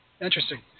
Interesting